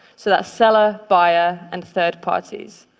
so that's seller, buyer and third parties.